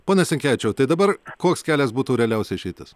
pone sinkevičiau tai dabar koks kelias būtų realiausia išeitis